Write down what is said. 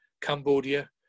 Cambodia